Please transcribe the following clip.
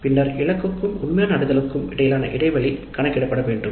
பின்னர்இலக்குக்கும் உண்மையான அடையலுக்கும் இடையிலான இடைவெளி குறித்து கணக்கிடப்பட வேண்டும்